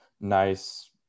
nice